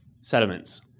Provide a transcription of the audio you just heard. sediments